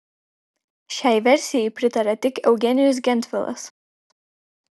šiai versijai pritarė tik eugenijus gentvilas